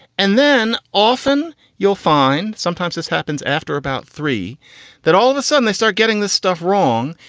and then often you'll find sometimes this happens after about three that all of a sudden they start getting the stuff wrong.